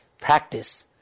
practice